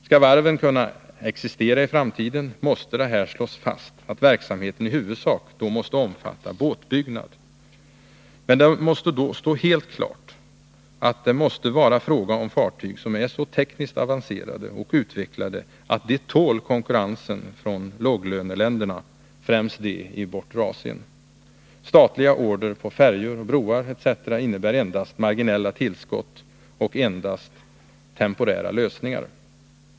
Skall varven kunna existera i framtiden, måste det slås fast att verksamheten i huvudsak då måste omfatta båtbyggnad. Men då måste det stå helt klart att det måste vara fråga om fartyg som är så tekniskt avancerade och utvecklade att de tål konkurrensen från låglöneländerna — främst de i bortre Asien. Statliga order på färjor och broar etc. innebär endast marginella tillskott och endast temporära lösningar.